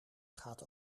gaat